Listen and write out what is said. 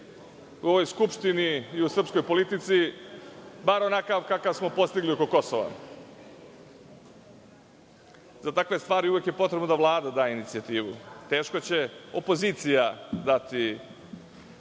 u ovoj Skupštini i u srpskoj politici, bar onakav kakav smo postigli oko Kosova. Za takve stvari uvek je potrebno da Vlada daje inicijativu. Teško će opozicija dati